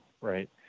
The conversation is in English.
right